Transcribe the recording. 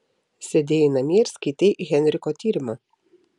sėdėjai namie ir skaitei henriko tyrimą